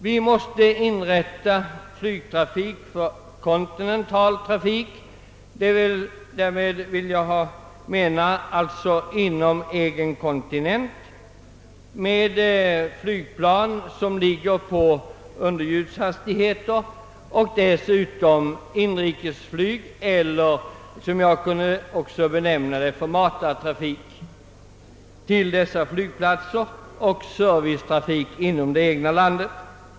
Vi måste upprätthålla kontinental trafik, varmed jag menar trafik inom den egna kontinenten, med flygplan som har underljudshastighet, och dessutom inrikesflyg eller — som man kan benämna det — matartrafik till dessa flygplatser samt servicetrafik inom det egna landet.